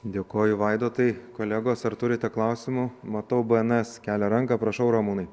dėkoju vaidotai kolegos ar turite klausimų matau bns kelia ranką prašau ramūnai